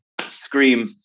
scream